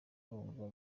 urumva